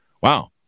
Wow